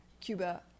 Cuba